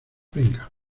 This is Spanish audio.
venga